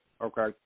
okay